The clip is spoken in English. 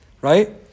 right